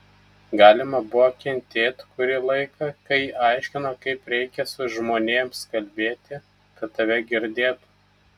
galima buvo kentėt kurį laiką kai aiškino kaip reikia su žmonėms kalbėti kad tave girdėtų